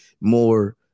more